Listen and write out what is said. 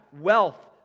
wealth